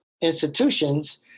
institutions